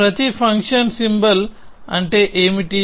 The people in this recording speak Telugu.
ప్రతి ఫంక్షన్ సింబల్ అంటే ఏమిటి